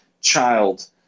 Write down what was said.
child